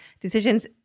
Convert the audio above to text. decisions